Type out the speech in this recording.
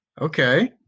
Okay